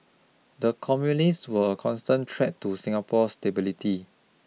the communists were a constant threat to Singapore's stability